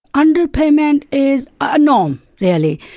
underpayment is a norm really.